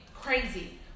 crazy